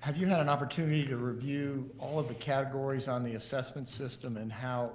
have you had an opportunity to review all of the categories on the assessment system and how